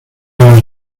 las